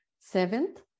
Seventh